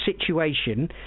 situation